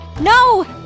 No